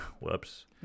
Whoops